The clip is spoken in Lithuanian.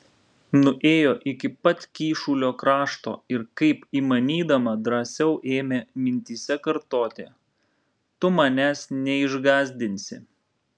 nuėjo iki pat kyšulio krašto ir kaip įmanydama drąsiau ėmė mintyse kartoti tu manęs neišgąsdinsi